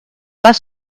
pas